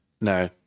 No